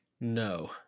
No